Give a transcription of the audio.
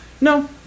No